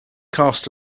cast